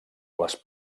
les